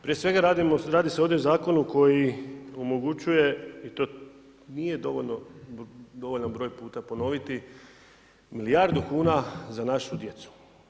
Prije svega radi se ovdje o zakonu koji omogućuje i to nije dovoljan broj puta ponoviti, milijardu kuna za našu djecu.